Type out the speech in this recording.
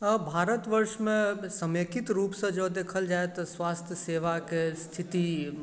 भारत वर्षमे समेकित रूपसँ जँ देखल जाए तऽ स्वास्थ सेवाकेँ स्तिथि